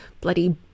bloody